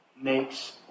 makes